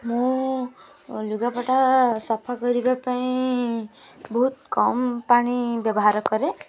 ମୁଁ ଲୁଗାପଟା ସଫା କରିବା ପାଇଁ ବହୁତ କମ୍ ପାଣି ବ୍ୟବହାର କରେ